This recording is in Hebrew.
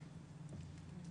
שלום.